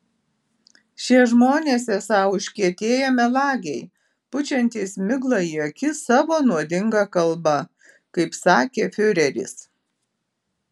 šie žmonės esą užkietėję melagiai pučiantys miglą į akis savo nuodinga kalba kaip sakė fiureris